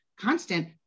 Constant